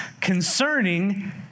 concerning